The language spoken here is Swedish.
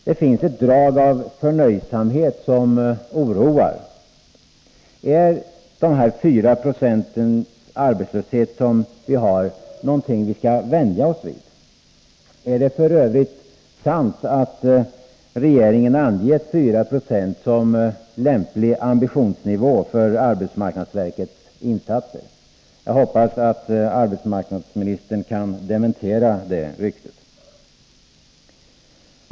Det finns ett drag av förnöjsamhet som oroar. Är den arbetslöshet på 4 96 som vi har något som vi skall vänja oss vid? Är det f. ö. sant att regeringen har angett en arbetslöshet på 4 26 som en lämplig ambitionsnivå för arbetsmarknadsverkets insatser? Jag hoppas att arbetsmarknadsministern kan dementera det ryktet.